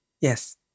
Yes